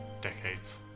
decades